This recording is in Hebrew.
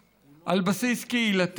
גם דתי, על בסיס קהילתי.